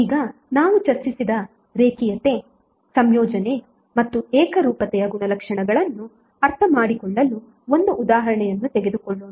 ಈಗ ನಾವು ಚರ್ಚಿಸಿದ ರೇಖೀಯತೆ ಸಂಯೋಜನೆ ಮತ್ತು ಏಕರೂಪತೆಯ ಗುಣಲಕ್ಷಣಗಳನ್ನು ಅರ್ಥಮಾಡಿಕೊಳ್ಳಲು ಒಂದು ಉದಾಹರಣೆಯನ್ನು ತೆಗೆದುಕೊಳ್ಳೋಣ